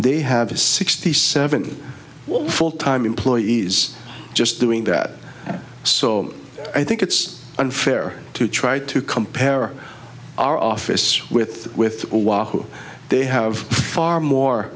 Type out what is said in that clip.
they have a sixty seven full time employees just doing that so i think it's unfair to try to compare our office with with they have far more